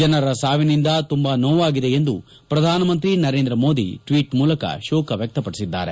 ಜನರ ಸಾವಿನಿಂದ ತುಂಬಾ ನೋವಾಗಿದೆ ಎಂದು ಪ್ರಧಾನಮಂತ್ರಿ ನರೇಂದ್ರ ಮೋದಿ ಟ್ವೀಟ್ ಮೂಲಕ ಶೋಕ ವ್ಯಕ್ತಪಡಿಸಿದ್ದಾರೆ